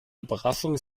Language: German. überraschung